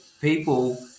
people